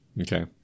Okay